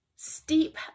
steep